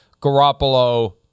Garoppolo